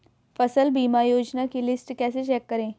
फसल बीमा योजना की लिस्ट कैसे चेक करें?